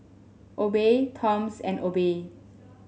Obey Toms and Obey